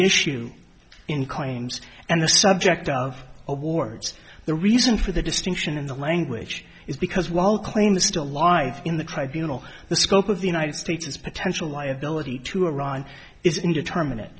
issue in claims and the subject of awards the reason for the distinction in the language is because while claim the still life in the tribunal the scope of the united states as potential liability to iran is indetermin